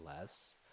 less